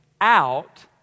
out